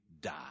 die